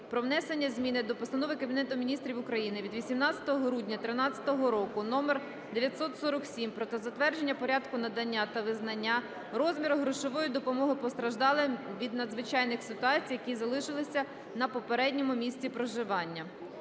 "Про внесення змін до постанови Кабінету Міністрів України від 18 грудня 2013 року № 947 "Про затвердження Порядку надання та визначення розміру грошової допомоги постраждалим від надзвичайних ситуацій, які залишилися на попередньому місці проживання".